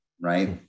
right